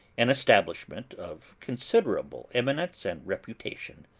an establishment of considerable eminence and reputation.